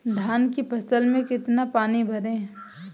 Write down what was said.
धान की फसल में कितना पानी भरें?